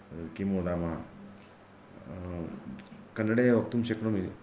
किं वदामः कन्नडे वक्तुं शक्नोमि